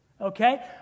Okay